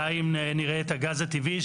די אם נראה את הגז הטבעי,